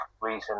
reason